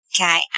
Okay